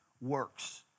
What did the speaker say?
works